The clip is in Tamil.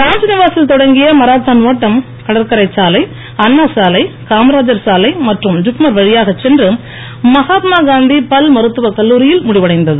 ராத்நிவா சில் தொடங்கிய மராத்தான் ஒட்டம் கடற்கரை சாலை அண்ணா சாலை காமராஜர் சாலை மற்றும் ஜிப்மர் வழியாக சென்று மகாத்மா காந்தி பல்மருத்துவக் கல்லூரியில் முடிவடைந்தது